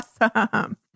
Awesome